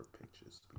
pictures